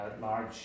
large